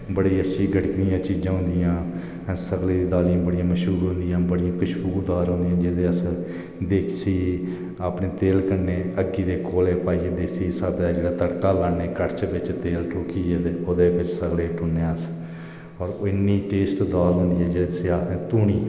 बड़ी अच्छी चीजां होंदियां सगले दी दालीं बड़ी मश्हूर होंदियां बड़ी खशबूदार होंदी जेहदे अस देसी अपने तेल कन्नै अग्गी दे कोले पाइयै देसी स्हाबे दा जेहड़ा तड़का लान्ने कड़श बिच तेल रक्खियै ते ओहदे बिच सगले च सुट्टी ओड़ना अस ओह् इन्नी टेस्ट दाल होंदी ऐ केह् आखदे न